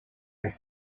and